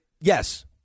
Yes